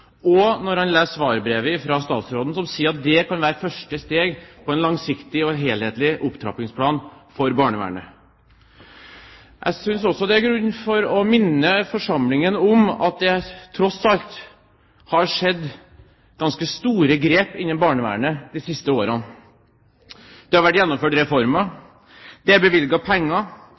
og når han leser svarbrevet fra statsråden der han sier at det kan være første steg i en langsiktig og helhetlig opptrappingsplan for barnevernet. Jeg synes også det er grunn til å minne forsamlingen om at det tross alt har vært tatt ganske store grep innen barnevernet de siste årene. Det har vært gjennomført reformer, det er bevilget penger,